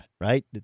right